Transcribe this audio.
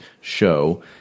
show